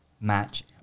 match